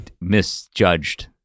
misjudged